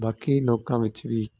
ਬਾਕੀ ਲੋਕਾਂ ਵਿੱਚ ਵੀ